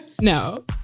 No